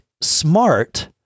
smart